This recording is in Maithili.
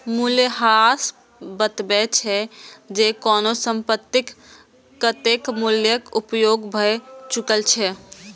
मूल्यह्रास बतबै छै, जे कोनो संपत्तिक कतेक मूल्यक उपयोग भए चुकल छै